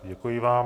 Děkuji vám.